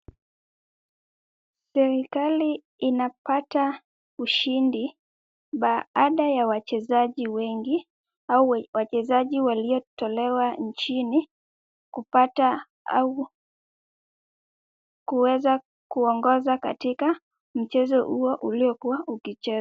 Serikali inapata ushindi baada ya wachezaji wengi au wachezaji waliotolewa nchini, kupata au kuweza kuongoza katika mchezo huo uliokuwa ukichezwa.